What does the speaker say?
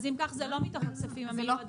אז אם כך זה לא מתוך הכספים המיועדים